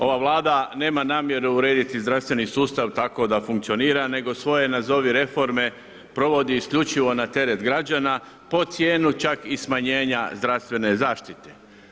Ova Vlada nema namjeru urediti zdravstveni sustav tako da funkcionira nego svoje nazovi reforme provodi isključivo na teret građana pod cijenu čak i smanjenja zdravstvene zaštite.